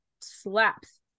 slaps